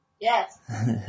Yes